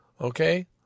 Okay